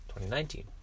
2019